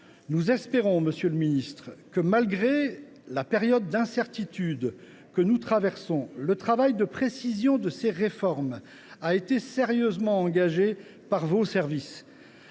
nous espérons que, malgré la période d’incertitude que nous traversons, le travail de précision de ces réformes a été sérieusement engagé par vos services